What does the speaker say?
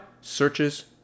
searches